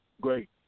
Great